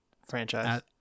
Franchise